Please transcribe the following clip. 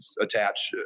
attach